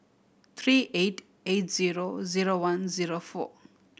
three eight eight zero zero one zero four